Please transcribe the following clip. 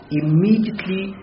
immediately